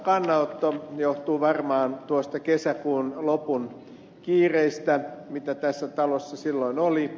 se johtuu varmaan noista kesäkuun lopun kiireistä mitä tässä talossa silloin oli